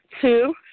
two